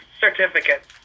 certificate